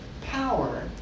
power